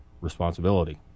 responsibility